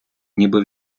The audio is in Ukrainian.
ніби